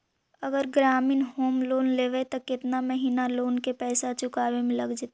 अगर ग्रामीण home loan लेबै त केतना महिना लोन के पैसा चुकावे में लग जैतै?